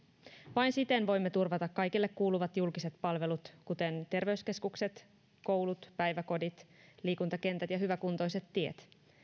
vain siten voimme turvata kaikille kuuluvat julkiset palvelut kuten terveyskeskukset koulut päiväkodit liikuntakentät ja hyväkuntoiset tiet